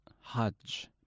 Hajj